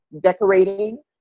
decorating